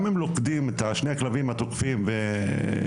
גם אם לוכדים את שני הכלבים התוקפים ולא